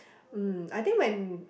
mm I think when